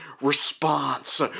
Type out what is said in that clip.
response